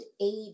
aid